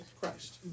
Christ